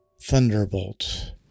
thunderbolt